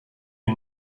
you